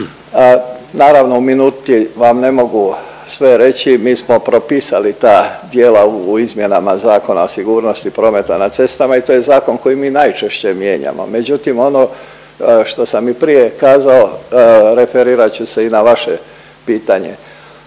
Naravno u minuti vam ne mogu sve reći. Mi smo propisali ta djela u izmjenama Zakona o sigurnosti prometa na cestama i to je zakon koji mi najčešće mijenjamo, međutim ono što sam i prije kazao referirat ću se i na vaše pitanje.